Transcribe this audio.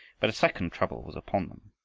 but a second trouble was upon them.